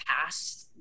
past